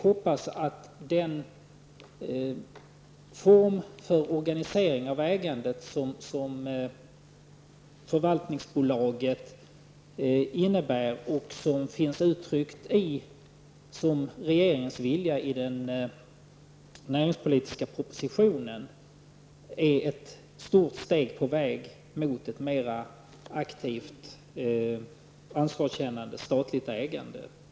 Vi hoppas att den form för organisering av ägandet som förvaltningsbolaget innebär, och som finns uttryckt som regeringens vilja i den näringspolitiska propositionen, är ett stort steg på väg mot ett mer aktivt ansvarskännande statligt ägande.